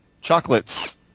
Chocolates